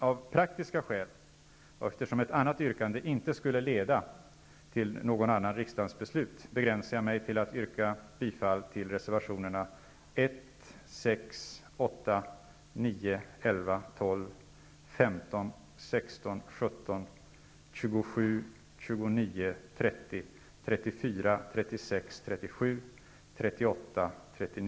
Av praktiska skäl, och eftersom ett annat yrkande inte skulle leda till något annat riksdagens beslut, begränsar jag mig till att yrka bifall till reservationerna: 1, 6, 8, 9, 11, 12, 15, 16,